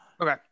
Okay